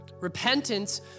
Repentance